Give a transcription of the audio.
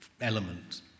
element